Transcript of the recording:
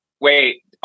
wait